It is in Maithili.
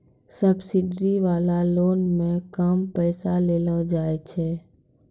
सब्सिडी वाला लोन मे कम पैसा देलो जाय छै